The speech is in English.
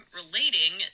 relating